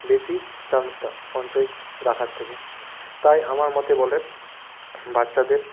বেশি চান্সটা সঞ্চয় রাখার থেকে তাই আমার মতে বলে বাচ্চাদের